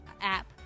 app